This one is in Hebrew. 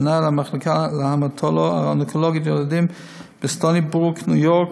מנהל המחלקה להמטו-אונקולוגיה ילדים בסטוני ברוק בניו יורק,